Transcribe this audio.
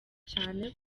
cyane